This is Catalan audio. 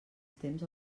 temps